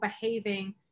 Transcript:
behaving